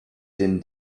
din